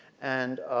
and